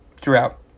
throughout